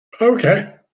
Okay